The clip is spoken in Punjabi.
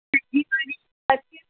ਹਾਂਜੀ ਭਾਅ ਜੀ ਸਤਿ ਸ਼੍ਰੀ ਅਕਾਲ